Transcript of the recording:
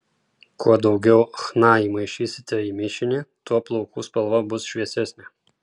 kuo daugiau chna įmaišysite į mišinį tuo plaukų spalva bus šviesesnė